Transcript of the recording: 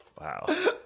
Wow